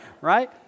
right